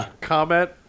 comment